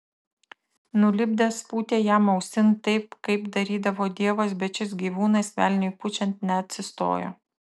nulipdęs pūtė jam ausin taip kaip darydavo dievas bet šis gyvūnas velniui pučiant neatsistojo